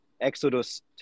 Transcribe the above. Exodus